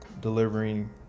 Delivering